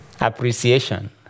Appreciation